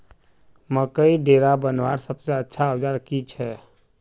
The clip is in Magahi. मकईर डेरा बनवार सबसे अच्छा औजार की छे?